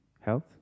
health